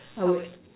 I would